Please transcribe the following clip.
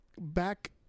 back